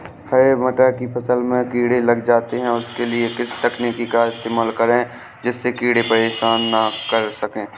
हरे मटर की फसल में कीड़े लग जाते हैं उसके लिए किस तकनीक का इस्तेमाल करें जिससे कीड़े परेशान ना कर सके?